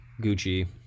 Gucci